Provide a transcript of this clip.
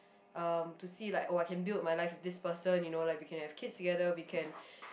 um to see like oh I can build my life with this person you know like we can have kids together we can